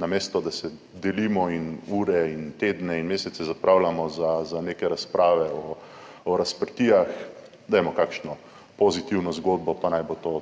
namesto da se delimo in ure in tedne in mesece zapravljamo za neke razprave o razprtijah, dajmo kakšno pozitivno zgodbo, pa naj bo to